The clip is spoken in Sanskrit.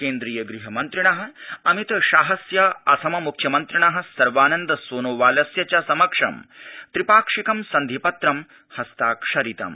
केन्द्रीय गृहमन्त्रिण अमित शाहस्य असम मुख्यमन्त्रिण सर्वानन्द सोनोवालस्य च समक्षं त्रिपाक्षिकं सन्धिपत्रं हस्ताक्षरितम्